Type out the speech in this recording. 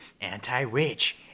anti-rich